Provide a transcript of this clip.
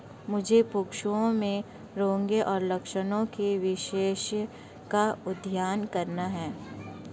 मुझे पशुओं में रोगों और लक्षणों के विषय का अध्ययन करना है